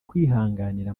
kwihanganira